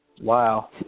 Wow